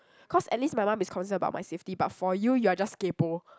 cause at least my mum is concern about my safety but for you you are just kaypoh